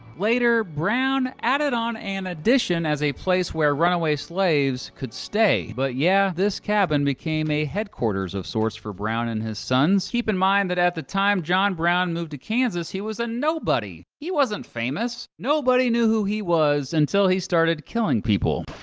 later brown added on an addition as a place where runaway slaves could stay. but yeah, this cabin became a headquarters of sorts for brown and his sons. keep in mind that at the time john brown moved to kansas, he was a nobody. he wasn't famous. nobody knew who he was until he started killing people.